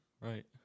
Right